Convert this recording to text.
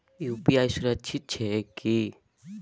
UPI सुरक्षित छै की?